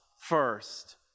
first